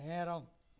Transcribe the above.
நேரம்